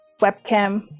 webcam